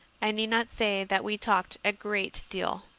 i need not say that we talked a great deal.